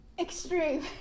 extreme